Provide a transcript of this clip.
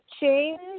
change